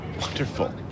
Wonderful